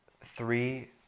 three